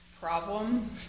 problem